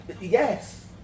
yes